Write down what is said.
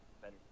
better